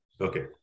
Okay